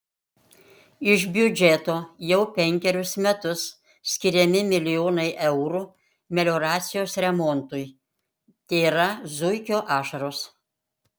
iš biudžeto jau penkerius metus skiriami milijonai eurų melioracijos remontui tėra zuikio ašaros